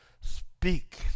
speak